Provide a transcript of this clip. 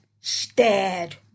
stared